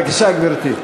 בבקשה, גברתי.